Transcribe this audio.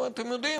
אתם יודעים,